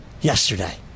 yesterday